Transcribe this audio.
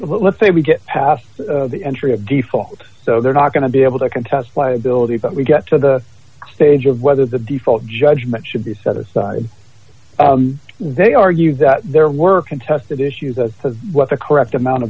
let's say we get past the entry of default so they're not going to be able to contest liability but we get to the stage of whether the default judgment should be set aside they argue that their work contested issues as to what the correct amount of